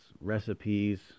recipes